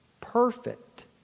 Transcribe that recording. perfect